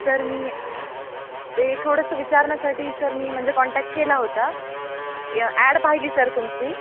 sir मी ते थोडंसं विचारण्यासाठी सर मी म्हणजे कॉन्टॅक केला होता य ॲड पाहिली सर तुमची